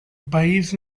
país